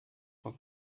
von